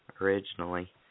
originally